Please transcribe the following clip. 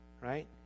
right